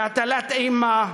להטלת אימה,